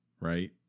right